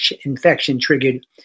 infection-triggered